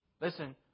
listen